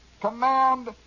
command